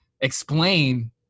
explain